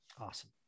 awesome